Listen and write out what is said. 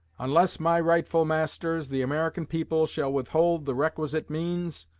unless my rightful masters, the american people, shall withhold the requisite means,